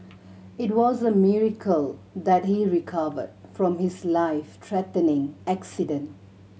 it was a miracle that he recovered from his life threatening accident